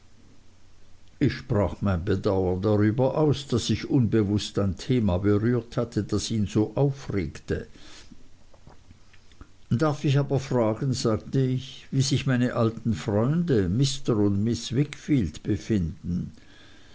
ich sprach mein bedauern darüber aus daß ich unbewußt ein thema berührt hatte das ihn so aufregte darf ich aber fragen sagte ich wie sich meine alten freunde mr und mrs wickfield befinden